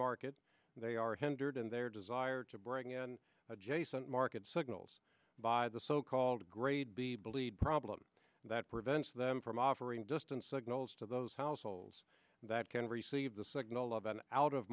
market and they are hindered in their desire to bring in adjacent market signals by the so called grade be bullied problem that prevents them from offering distant signals to those households that can receive the signal of an out of